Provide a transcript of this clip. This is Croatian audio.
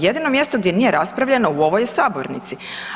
Jedino mjesto gdje nije raspravljeno u ovoj je sabornici.